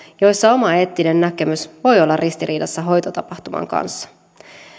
joissa oma eettinen näkemys voi olla ristiriidassa hoitotapahtuman kanssa